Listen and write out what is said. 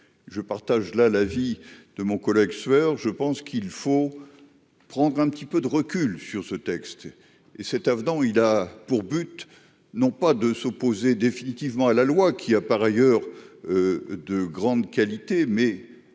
je partage la la vie de mon collègue, je pense qu'il faut prendre un petit peu de recul sur ce texte et cet avenant, il a pour but non pas de s'opposer définitivement à la loi qui a par ailleurs de grande qualité mais